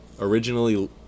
originally